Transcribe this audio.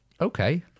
Okay